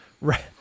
right